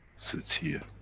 sits here.